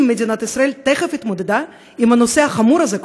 מדינת ישראל טרם התמודדה עם הנושא הכל-כך חמור הזה,